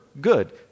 good